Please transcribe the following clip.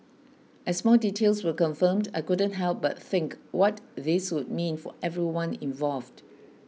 as more details were confirmed I couldn't help but think what this would mean for everyone involved